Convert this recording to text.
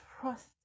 trust